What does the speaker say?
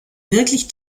wirklich